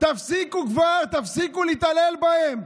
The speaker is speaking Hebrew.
תפסיקו כבר, תפסיקו להתעלל בהם.